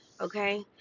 okay